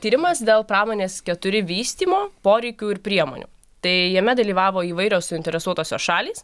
tyrimas dėl pramonės keturi vystymo poreikių ir priemonių tai jame dalyvavo įvairios suinteresuotosios šalys